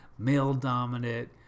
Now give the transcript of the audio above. male-dominant